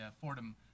Fordham